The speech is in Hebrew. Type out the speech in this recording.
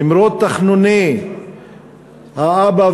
למרות תחנוני האבא,